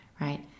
right